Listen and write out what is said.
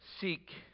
Seek